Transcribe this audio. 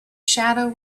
shadow